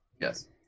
Yes